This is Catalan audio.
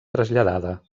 traslladada